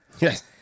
Yes